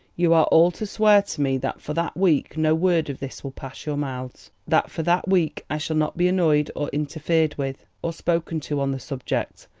you are all to swear to me that for that week no word of this will pass your mouths that for that week i shall not be annoyed or interfered with, or spoken to on the subject,